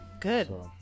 good